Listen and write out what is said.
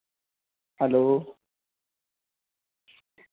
hello